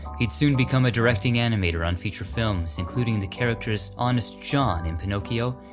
he'd soon become a directing animator on feature films, including the characters honest john in pinocchio,